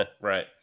Right